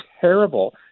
terrible